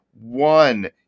one